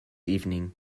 evening